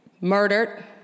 murdered